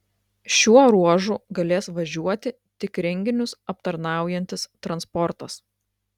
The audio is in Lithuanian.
šiuo ruožu galės važiuoti tik renginius aptarnaujantis transportas